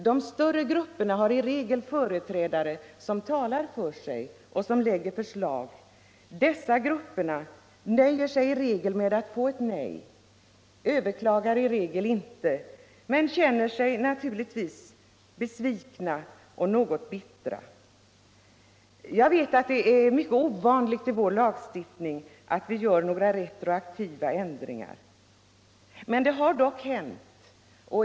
De större grupperna har i regel företrädare som talar för sig och som lägger fram förslag. De mindre grupperna nöjer sig i regel med att få ett nej. De överklagar i regel inte men känner sig naturligtvis besvikna och något bittra. Jag vet att det är mycket ovanligt i vår lagstiftning att göra retroaktiva ändringar. Men det har dock hänt.